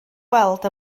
weld